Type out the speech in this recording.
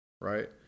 right